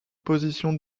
position